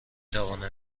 توانم